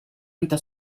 vita